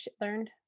learned